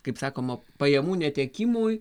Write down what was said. kaip sakoma pajamų netekimui